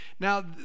Now